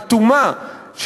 אטומה,